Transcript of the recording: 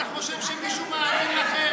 אתה חושב שמישהו מאמין לכם?